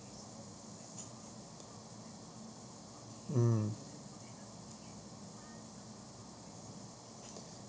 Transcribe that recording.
mm